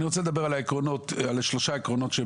אני רוצה לדבר על שלושה עקרונות.